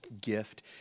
gift